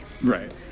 Right